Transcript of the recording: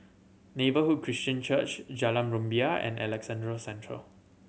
Neighbourhood Christian Church Jalan Rumbia and Alexandra Central